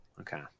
okay